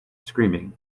screaming